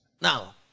Now